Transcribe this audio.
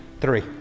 three